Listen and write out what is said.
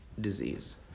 disease